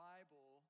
Bible